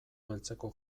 beltzeko